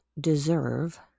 deserve